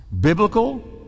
biblical